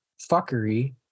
fuckery